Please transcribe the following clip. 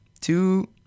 two